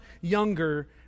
younger